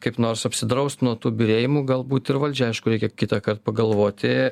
kaip nors apsidraust nuo tų byrėjimų galbūt ir valdžią aišku reikia kitąkart pagalvoti